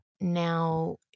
Now